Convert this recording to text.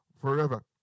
forever